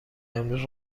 امروز